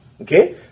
Okay